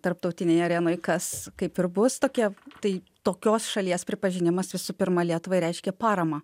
tarptautinėj arenoj kas kaip ir bus tokia tai tokios šalies pripažinimas visų pirma lietuvai reiškė paramą